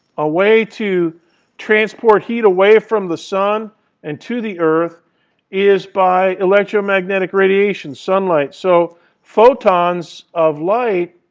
a way to transport heat away from the sun and to the earth is by electromagnetic radiation, sunlight. so photons of light,